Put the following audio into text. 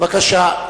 בבקשה.